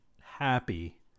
Happy